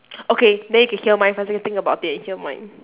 okay then you can hear mine first then you think about it when you hear mine